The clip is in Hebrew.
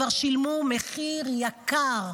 כבר שילמו מחיר יקר.